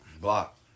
Block